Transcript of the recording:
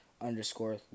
underscore